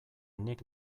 nik